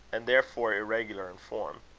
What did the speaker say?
and therefore irregular in form.